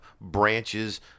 branches